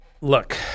Look